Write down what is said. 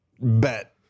Bet